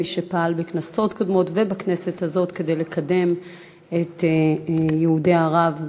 מי שפעל בכנסות קודמות ובכנסת הזאת כדי לקדם את נושא יהודי ארצות ערב,